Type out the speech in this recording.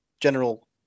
general